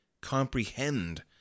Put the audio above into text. comprehend